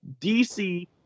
DC